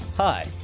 Hi